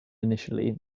initially